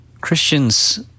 Christians